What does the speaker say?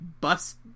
bus